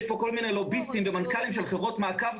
יש פה כל מיני לוביסטים ומנכ"לים של חברות מעקב,